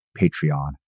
Patreon